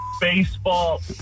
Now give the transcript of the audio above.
baseball